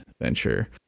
venture